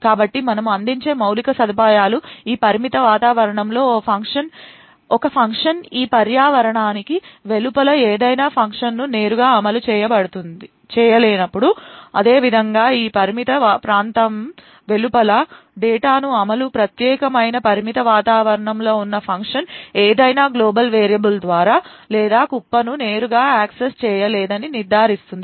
కాబట్టి మనము అందించే మౌలిక సదుపాయాలు ఈ పరిమిత వాతావరణంలో ఒక ఫంక్షన్ ఈ పర్యావరణానికి వెలుపల ఏదైనా ఫంక్షన్ను నేరుగా అమలు చేయలేనప్పుడు అదేవిధంగా ఈ పరిమిత ప్రాంతం వెలుపల డేటా ను ఈ ప్రత్యేకమైన పరిమిత వాతావరణంలో ఉన్న ఫంక్షన్ ఏదైనా గ్లోబల్ వేరియబుల్ లేదా కుప్పను నేరుగా యాక్సెస్ చేయలేదని నిర్ధారిస్తుంది